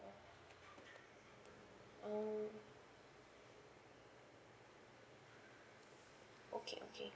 oh okay okay